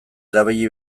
erabili